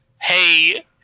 Hey